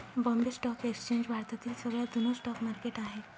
Bombay stock exchange भारतातील सगळ्यात जुन स्टॉक मार्केट आहे